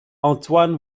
antoine